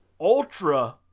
ultra-